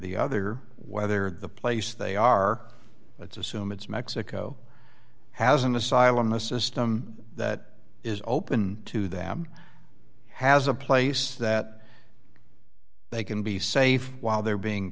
the other whether the place they are let's assume it's mexico has an asylum the system that is open to them has a place that they can be safe while they're being